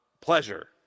pleasure